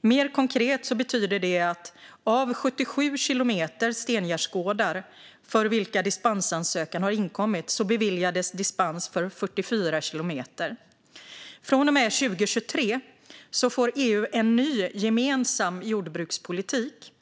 Mer konkret betyder detta att av 77 kilometer stengärdsgårdar för vilka dispensansökan inkommit beviljades dispens för 44 kilometer. Från och med 2023 får EU en ny gemensam jordbrukspolitik.